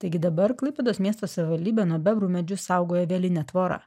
taigi dabar klaipėdos miesto savivaldybė nuo bebrų medžius saugoja vieline tvora